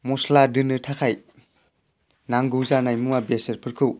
मस्ला दोननो थाखाय नांगौ जानाय मुवा बेसादफोरखौ